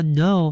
no